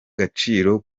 gaciro